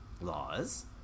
laws